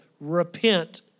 Repent